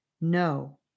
No